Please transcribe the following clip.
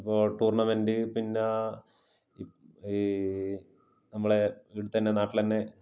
അപ്പോ ടൂര്ണമെൻ്റ് പിന്നെ ഈ നമ്മളെ തന്നെ നാട്ടിൽ തന്നെ